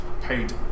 paid